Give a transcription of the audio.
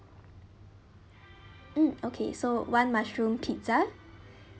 mm okay so one mushroom pizza